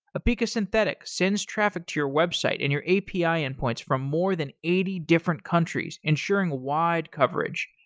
apica synthetic sends traffic to your website and your api endpoints from more than eighty different countries, ensuring wide coverage.